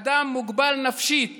אדם מוגבל נפשית